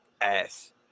ass